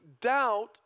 doubt